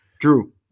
Drew